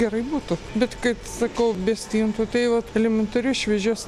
gerai būtų bet kaip sakau be stintų tai vat elementariai šviežios